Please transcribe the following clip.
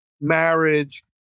marriage